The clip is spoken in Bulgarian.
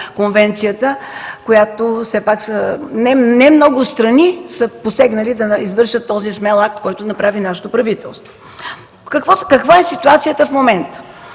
конвенцията. Не много страни са посегнали да извършат този смел акт, който направи нашето правителство. Каква е ситуацията в момента?